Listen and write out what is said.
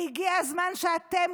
הגיע הזמן שאתם,